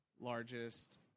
largest